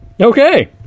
Okay